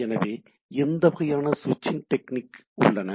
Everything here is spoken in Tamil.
எனவே எந்த வகையான ஸ்விட்சிங் டெக்னிக் உள்ளன